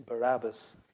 Barabbas